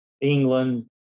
England